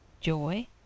joy